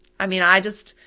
i mean i just,